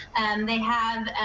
they have